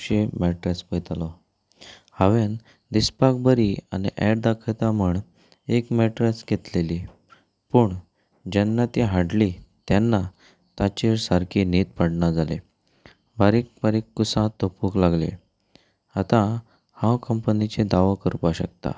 खुबशीं मेटरस पळयतालों हांवें दिसपाक बरी आनी ऍड दाखयता म्हूण एक मेटरस घेतिल्ली पूण जेन्ना ती हाडली तेन्ना ताचेर सारकी न्हीद पडना जाली बारीक बारीक कुसां तोपूंक लागलीं आतां हांव कंपनीचेर दावो करपाक शकता